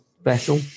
battle